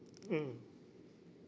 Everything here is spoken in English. mm